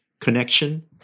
connection